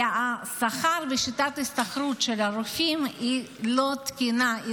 כי השכר ושיטת ההשתכרות של הרופאים לא תקינים,